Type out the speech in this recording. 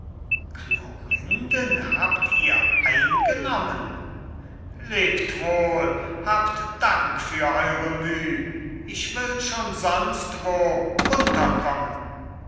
klorinden habt ihr eingenommen lebt wohl habt dank für eure müh ich will schon sonst wo unterkommen